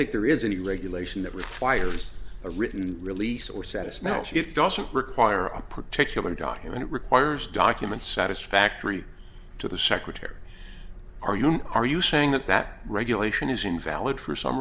think there is any regulation that requires a written release or satis mel shift also require a particular document requires documents satisfactory to the secretary are you are you saying that that regulation is invalid for some